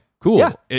cool